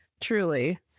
Truly